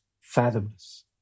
fathomless